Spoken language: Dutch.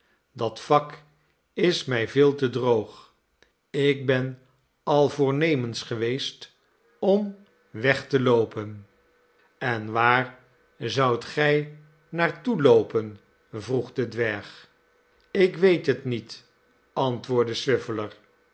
dat vak is mij veel te droog ik ben al voornemens geweest om weg te loopen en waar zoudt gij naar toe loopen vroeg de dwerg ik weet het niet antwoordde